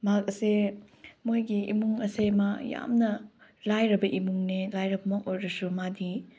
ꯃꯍꯥꯛ ꯑꯁꯦ ꯃꯣꯏꯒꯤ ꯏꯃꯨꯡ ꯑꯁꯦ ꯃꯥ ꯌꯥꯝꯅ ꯂꯥꯏꯔꯕ ꯏꯃꯨꯡꯅꯦ ꯂꯥꯏꯔꯕ ꯏꯃꯨꯡ ꯑꯣꯏꯔꯁꯨ ꯃꯥꯗꯤ